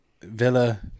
Villa